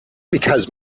because